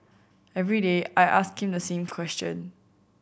every day I ask him the same question